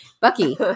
Bucky